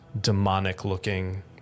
demonic-looking